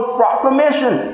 proclamation